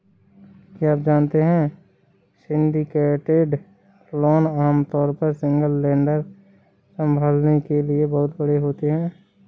क्या आप जानते है सिंडिकेटेड लोन आमतौर पर सिंगल लेंडर संभालने के लिए बहुत बड़े होते हैं?